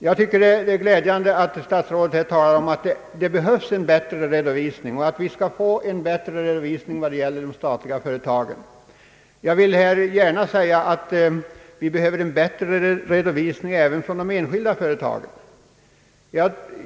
Jag tycker det är glädjande att statsrådet talar om att det behövs en bättre redovisning och att vi skall få bättre redovisning beträffande de statliga företagen. Jag vill här också gärna säga att vi behöver bättre redovisning även från de enskilda företagen.